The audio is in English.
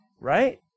Right